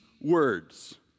words